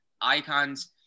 icons